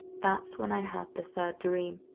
that's when i had the third dream,